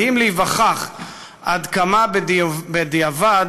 מדהים להיווכח עד כמה בדיעבד